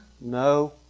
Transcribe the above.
No